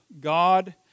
God